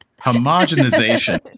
Homogenization